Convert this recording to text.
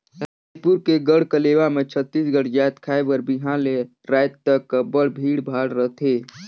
रइपुर के गढ़कलेवा म छत्तीसगढ़ जाएत खाए बर बिहान ले राएत तक अब्बड़ भीड़ भाड़ रहथे